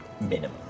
Minimum